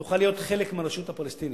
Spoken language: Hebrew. תוכל להיות חלק מהרשות הפלסטינית,